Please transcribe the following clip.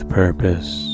purpose